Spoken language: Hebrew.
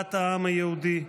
השמדת העם היהודי,